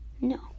No